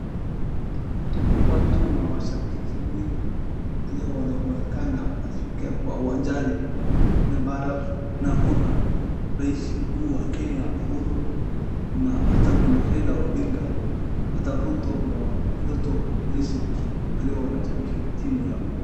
Watu wa washabiki wengi walio wamefika uwanjani na bado hakuna rais mkuu wa Kenya Uhuru na hata kuna Raila Odinga na hata Ruto rais mkuu aliowanashabiki timu yao.